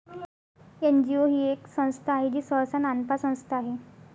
NGO ही एक संस्था आहे जी सहसा नानफा संस्था असते